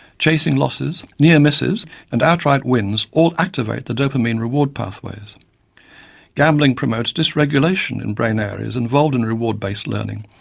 chasing losses, near misses and outright wins all activate the dopamine reward pathways gambling promotes dysregulation in brain areas involved in reward-based learning.